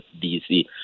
DC